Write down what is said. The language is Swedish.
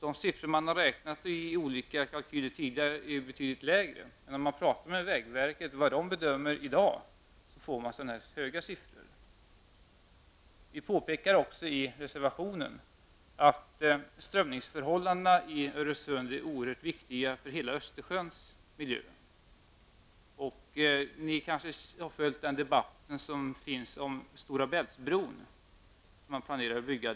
De siffror som återfinns i en del tidigare kalkyler är betydligt lägre. Men om man hör sig för hos vägverket och frågar vilken bedömning som där görs, får man till svar att det rör sig om höga siffror. Vidare påpekar vi i vår reservation att strömningsförhållandena i Öresund är oerhört viktiga för hela Östersjöns miljö. En del här i kammaren har kanske följt debatten om bron över Stora Bält, som man är på god väg att bygga.